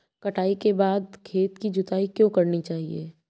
कटाई के बाद खेत की जुताई क्यो करनी चाहिए?